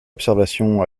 observation